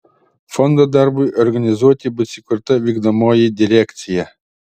fondo darbui organizuoti bus įkurta vykdomoji direkcija